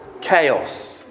Chaos